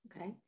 Okay